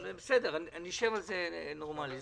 בסדר, נשב על זה באופן נורמלי.